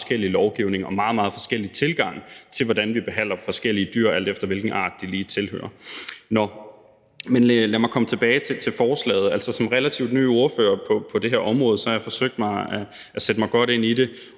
forskellig lovgivning på området og meget, meget forskellige tilgange til, hvordan vi behandler forskellige dyr, alt efter hvilken art de lige tilhører. Nå, men lad mig komme tilbage til forslaget. Altså, som relativt ny ordfører på det her område, har jeg forsøgt at sætte mig godt ind i det.